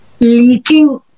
leaking